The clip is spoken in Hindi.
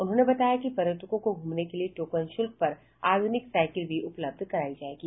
उन्होंने बताया कि पर्यटकों को घूमने के लिए टोकन शुल्क पर आधुनिक साइकिल भी उपलब्ध करायी जायेगी